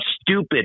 stupid